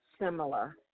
similar